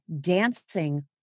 dancing